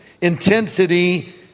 intensity